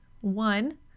One